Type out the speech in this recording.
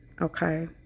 okay